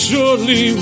Surely